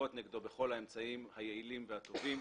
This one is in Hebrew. ננקוט נגדו בכל האמצעים היעילים והטובים,